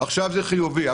עכשיו זה חיובי,